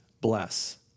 bless